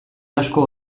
asko